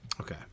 Okay